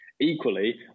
Equally